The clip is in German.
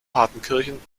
partenkirchen